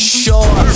sure